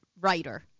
writer